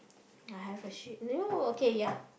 I have a sheep new okay ya